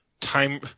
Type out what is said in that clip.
time